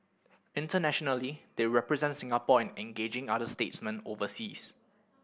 internationally they represent Singapore in engaging other statesmen overseas